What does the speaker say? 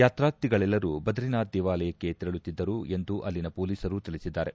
ಯಾತ್ರಾರ್ಥಿಗಳೆಲ್ಲರು ಬದ್ರಿನಾಥ್ ದೇವಾಲಯಕ್ಕೆ ತೆರಳುತ್ತಿದ್ದರು ಎಂದು ಅಲ್ಲಿನ ಪೊಲೀಸರು ತಿಳಿಸಿದ್ದಾರೆ